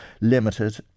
Limited